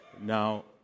now